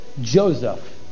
Joseph